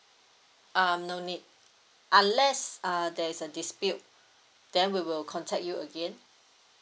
um no need unless uh there's a dispute then we will contact you again